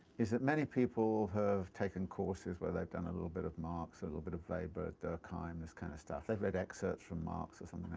is that many people have taken courses where they've done a little bit of marx, a little bit of weber, durkheim, this kind of stuff, they've read excerpts from marx or something like that,